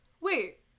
wait